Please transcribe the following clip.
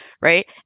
right